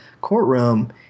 courtroom